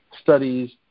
studies